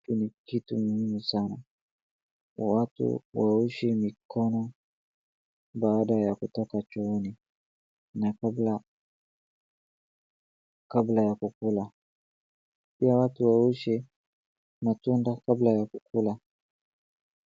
Hii ni kitu muhimu sana watu waoshe mikono baada ya kutoka chooni na kabla ya kukula na pia watu waoshe matunda kabla ya kukula.